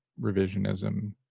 revisionism